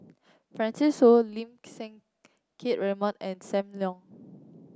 Francis Seow Lim Siang Keat Raymond and Sam Leong